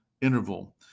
interval